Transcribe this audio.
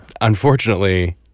Unfortunately